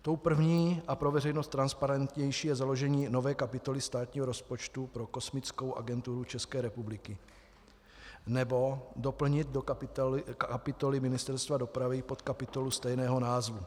Tou první a pro veřejnost transparentnější je založení nové kapitoly státního rozpočtu pro kosmickou agenturu České republiky, nebo doplnit do kapitoly Ministerstva dopravy podkapitolu stejného názvu.